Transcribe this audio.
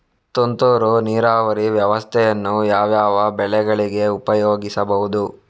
ತುಂತುರು ನೀರಾವರಿ ವ್ಯವಸ್ಥೆಯನ್ನು ಯಾವ್ಯಾವ ಬೆಳೆಗಳಿಗೆ ಉಪಯೋಗಿಸಬಹುದು?